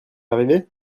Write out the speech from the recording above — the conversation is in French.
arrivé